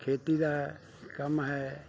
ਖੇਤੀ ਦਾ ਕੰਮ ਹੈ